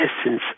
essence